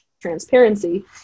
transparency